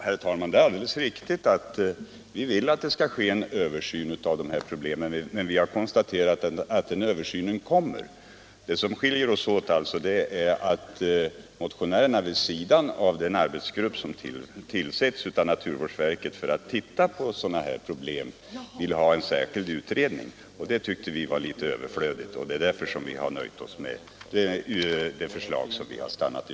Herr talman! Det är alldeles riktigt att vi vill att det skall göras en översyn av dessa problem, men vi har konstaterat att den översynen kommer. Vad som skiljer oss åt är alltså att motionärerna vid sidan av den arbetsgrupp som tillsätts av naturvårdsverket vill ha en särskild utredning. Det tyckte utskottet var överflödigt, och det är därför som vi inte ansett oss kunna biträda motionen.